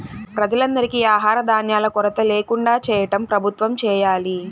ప్రజలందరికీ ఆహార ధాన్యాల కొరత ల్యాకుండా చేయటం ప్రభుత్వం చేయాలి